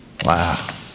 Wow